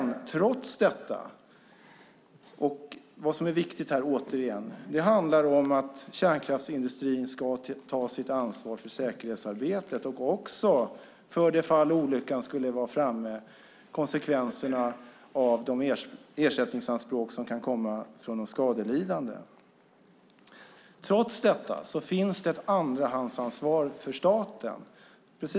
Det viktiga är att det handlar om att kärnkraftsindustrin ska ta sitt ansvar för säkerhetsarbetet och, för det fall olyckan skulle vara framme, konsekvenserna av de ersättningsanspråk som kan komma från de skadelidande. Men trots detta finns det ett andrahandsansvar för staten.